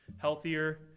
healthier